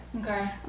Okay